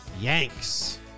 Yanks